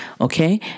Okay